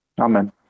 Amen